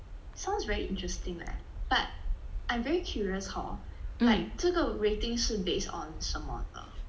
sounds very interesting leh but I'm very curious hor like 这个 rating 是 based on 什么呢